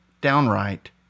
downright